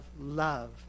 love